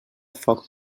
foc